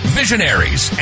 visionaries